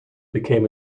became